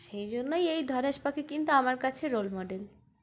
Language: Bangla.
সেই জন্যই এই ধনেশ পাখি কিন্তু আমার কাছে রোল মডেল